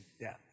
death